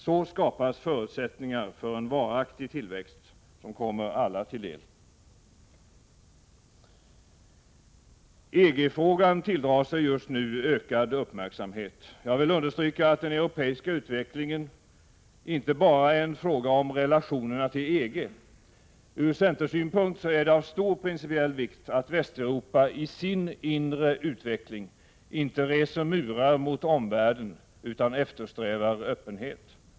Så skapas förutsättningar för en varaktig tillväxt som kommer alla till del. EG-frågan tilldrar sig just nu ökad uppmärksamhet. Jag vill understryka att den europeiska utvecklingen inte bara är en fråga om relationerna till EG. Ur centersynpunkt är det av stor principiell vikt att Västeuropa i sin inre utveckling inte reser murar mot omvärlden utan eftersträvar öppenhet.